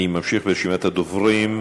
אני ממשיך ברשימת הדוברים.